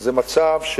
זה מצב,